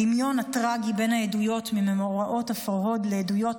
הדמיון הטרגי בין העדויות ממאורעות הפרהוד לעדויות